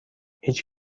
هیچ